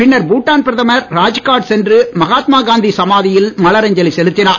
பின்னர் பூடான் பிரதமர் ராஜ்காட் சென்று மகாத்மா காந்தி சமாதியில் மலர் அஞ்சலி செலுத்தினார்